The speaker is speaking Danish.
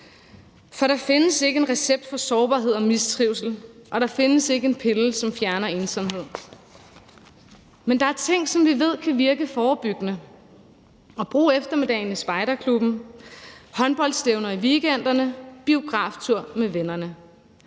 For der findes ikke en recept mod sårbarhed og mistrivsel, og der findes ikke en pille, som fjerner ensomhed. Men der er ting, som vi ved kan virke forebyggende: eftermiddage i spejderklubben, håndboldstævner i weekenderne, biografture med vennerne.